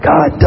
God